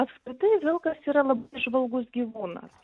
apskritai vilkas yra labai įžvalgus gyvūnas